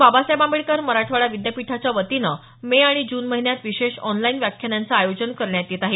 बाबासाहेब आंबेडकर मराठवाडा विद्यापीठाच्या वतीनं मे आणि जून महिन्यात विशेष ऑनलाइन व्याख्यानांचं आयोजन करण्यात येत आहे